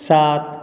सात